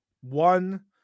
one